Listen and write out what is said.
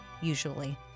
usually